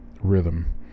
rhythm